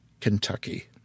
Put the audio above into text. Kentucky